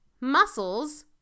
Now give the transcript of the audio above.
Muscles